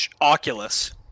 Oculus